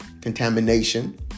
contamination